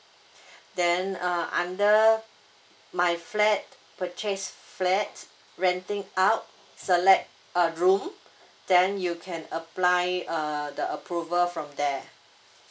then uh under my flat purchase flat renting out select a room then you can apply err the approval from there